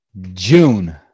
June